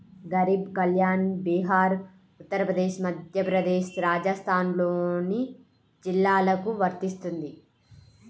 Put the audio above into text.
గరీబ్ కళ్యాణ్ బీహార్, ఉత్తరప్రదేశ్, మధ్యప్రదేశ్, రాజస్థాన్లోని జిల్లాలకు వర్తిస్తుంది